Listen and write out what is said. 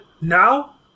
Now